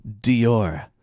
Dior